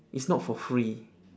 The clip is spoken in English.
it's not for free